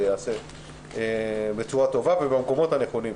ייעשה בצורה טובה ובמקומות הנכונים.